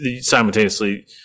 simultaneously